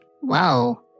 Whoa